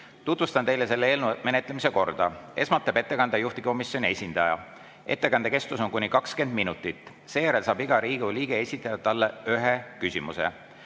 Tutvustan teile selle eelnõu menetlemise korda. Esmalt teeb ettekande juhtivkomisjoni esindaja. Ettekande kestus on kuni 20 minutit. Seejärel saab iga Riigikogu liige esitada talle ühe küsimuse.